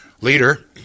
leader